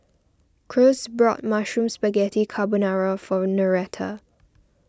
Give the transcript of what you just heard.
Cruz bought Mushroom Spaghetti Carbonara for Noretta